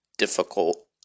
Difficult